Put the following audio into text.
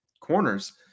corners